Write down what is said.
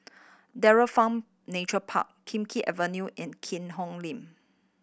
Dairy Farm Nature Park Kim Keat Avenue and Keat Hong Link